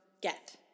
get